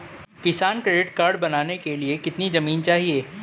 किसान credit card बनाने के लिए कितनी जमीन चाहिए?